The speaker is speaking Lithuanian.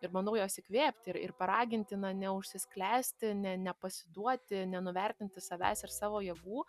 ir bandau juos įkvėpti ir ir paraginti na neužsisklęsti ne nepasiduoti nenuvertinti savęs ir savo jėgų